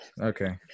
Okay